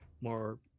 more